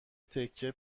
تکه